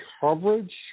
coverage